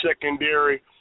secondary